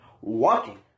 walking